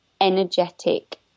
energetic